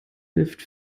hilft